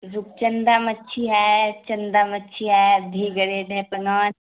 رکچندا مچھلی ہے چندا مچھی ہے بی گریڈ ہے پناس